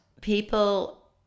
people